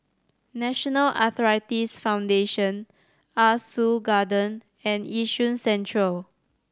National Arthritis Foundation Ah Soo Garden and Yishun Central